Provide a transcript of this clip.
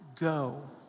go